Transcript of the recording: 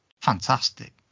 fantastic